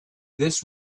this